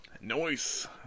noise